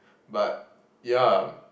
but yeah